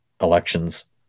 elections